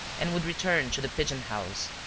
and would return to the pigeon-house.